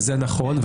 זה נכון.